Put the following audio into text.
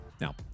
Now